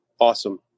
awesome